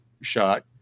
shot